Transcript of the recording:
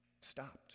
stopped